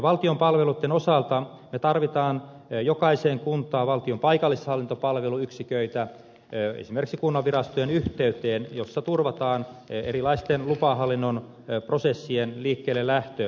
valtion palveluitten osalta me tarvitsemme jokaiseen kuntaan valtion paikallishallintopalveluyksiköitä esimerkiksi kunnanvirastojen yhteyteen jossa turvataan erilaisten lupahallinnon prosessien liikkeellelähtö jokaisessa kunnassa